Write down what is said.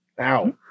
Ow